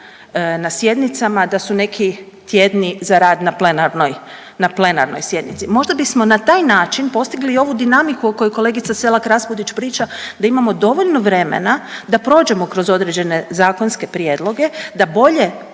na sjednicama, da su neki tjedni za rad na plenarnoj, na plenarnoj sjednici. Možda bismo na taj način postigli i ovu dinamiku o kojoj kolegica Selak Raspudić priča da imamo dovoljno vremena da prođemo kroz određene zakonske prijedloge, da bolje